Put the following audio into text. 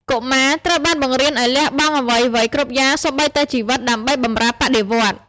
កុមារត្រូវបានបង្រៀនឱ្យលះបង់អ្វីៗគ្រប់យ៉ាង សូម្បីតែជីវិត ដើម្បីបម្រើបដិវត្តន៍។